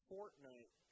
Fortnite